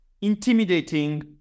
intimidating